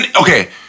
Okay